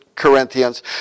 Corinthians